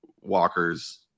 Walker's